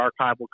archival